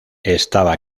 estaba